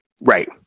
Right